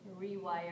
rewire